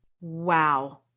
Wow